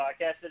Podcast